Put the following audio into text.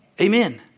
Amen